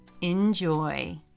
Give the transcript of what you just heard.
Enjoy